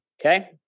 Okay